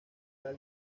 anal